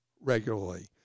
regularly